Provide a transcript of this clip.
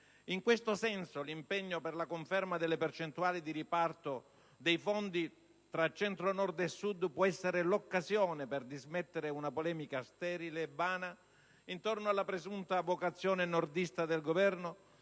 In questo senso l'impegno per la conferma delle percentuali di riparto dei fondi tra Centro, Nord e Sud può essere l'occasione per dismettere una polemica sterile e vana intorno alla presunta vocazione nordista del Governo